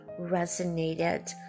resonated